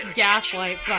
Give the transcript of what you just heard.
gaslight